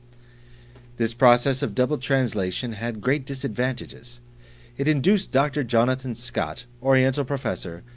this process of double translation had great disadvantages it induced dr. jonathan scott, oriental professor,